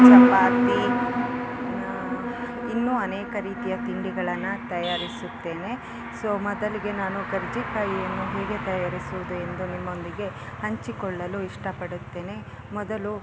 ಚಪಾತಿ ಇನ್ನು ಅನೇಕ ರೀತಿಯ ತಿಂಡಿಗಳನ್ನು ತಯಾರಿಸುತ್ತೇನೆ ಸೊ ಮೊದಲಿಗೆ ನಾನು ಕರ್ಜಿ ಕಾಯಿಯನ್ನು ಹೇಗೆ ತಯಾರಿಸುವುದು ಎಂದು ನಿಮ್ಮೊಂದಿಗೆ ಹಂಚಿಕೊಳ್ಳಲು ಇಷ್ಟ ಪಡುತ್ತೇನೆ ಮೊದಲು